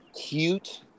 cute